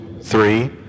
three